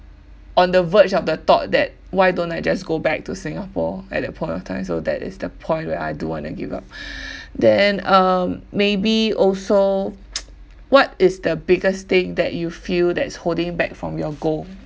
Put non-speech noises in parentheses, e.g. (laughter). on the verge of the thought that why don't I just go back to singapore at that point of time so that is the point where I do want to give up (breath) then um maybe also (noise) what is the biggest thing that you feel that's holding back from your goal